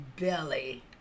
belly